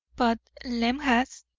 but lem has.